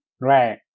Right